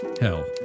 hell